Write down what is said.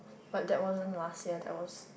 but that wasn't last year that was